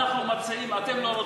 אנחנו מציעים ואתם לא רוצים,